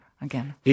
Again